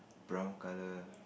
brown colour